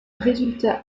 résultat